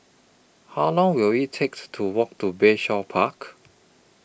How Long Will IT takes to Walk to Bayshore Park